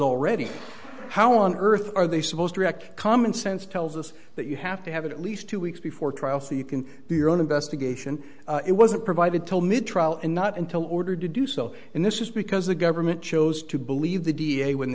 already how on earth are they supposed to react common sense tells us that you have to have at least two weeks before trial so you can do your own investigation it wasn't provided till mid trial and not until ordered to do so in this is because the government chose to believe the d a when